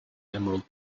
emerald